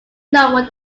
know